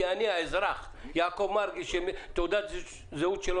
אני האזרח יעקב מרגי שתעודת הזהות שלו